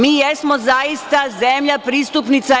Mi jesmo zaista zemlja pristupnica EU.